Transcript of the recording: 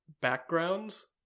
backgrounds